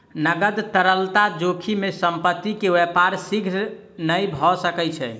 नकद तरलता जोखिम में संपत्ति के व्यापार शीघ्र नै भ सकै छै